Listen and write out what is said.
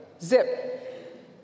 Zip